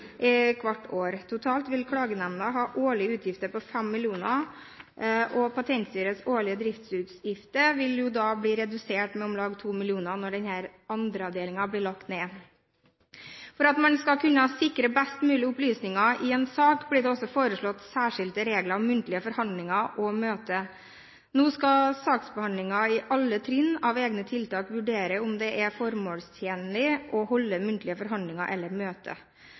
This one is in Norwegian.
hvert år. Totalt vil klagenemnda ha årlige utgifter på 5 mill. kr, og Patentstyrets årlige driftsutgifter vil bli redusert med om lag 2 mill. kr når Annen avdeling blir lagt ned. For at man skal kunne sikre en best mulig opplysning av en sak, ble det også foreslått særskilte regler om muntlige forhandlinger og møte. Nå skal man på alle trinn i saksbehandlingen av egne tiltak vurdere om det er formålstjenlig å holde muntlige forhandlinger eller møte.